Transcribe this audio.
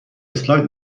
اسلاید